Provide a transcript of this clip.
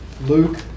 Luke